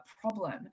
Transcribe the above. problem